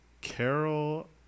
Carol